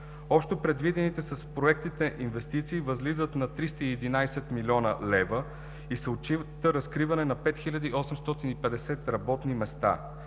Общо предвидените с проектите инвестиции възлизат на 311 млн. лв. и се отчита разкриване на 5850 работни места,